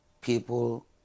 people